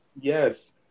Yes